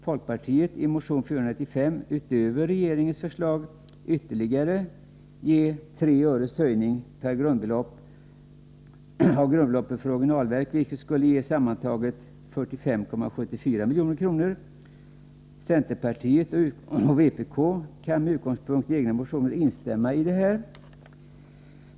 Folkpartiet vill i motion 495 utöver regeringens förslag ytterligare höja grundbeloppet för orginalverk med tre öre, vilket skulle ge sammantaget 45,74 milj.kr. Centerpartiet och vpk kan med utgångspunkt i egna motioner instämma i detta förslag.